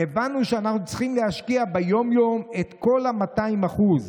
הבנו שאנחנו צריכים להשקיע ביום-יום את המאתיים אחוז.